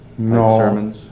No